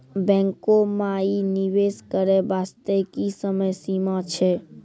बैंको माई निवेश करे बास्ते की समय सीमा छै?